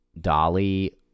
dolly